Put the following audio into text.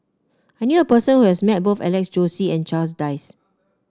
I knew a person who has met both Alex Josey and Charles Dyce